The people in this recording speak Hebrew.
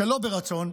שלא ברצון,